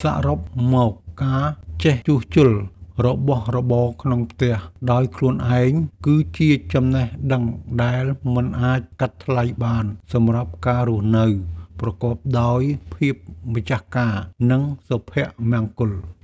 សរុបមក ការចេះជួសជុលរបស់របរក្នុងផ្ទះដោយខ្លួនឯង គឺជាចំណេះដឹងដែលមិនអាចកាត់ថ្លៃបានសម្រាប់ការរស់នៅប្រកបដោយភាពម្ចាស់ការ និងសុភមង្គល។